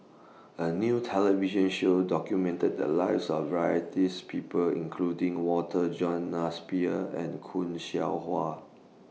A New television Show documented The Lives of Varieties People including Walter John and Khoo Seow Hwa